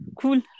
Cool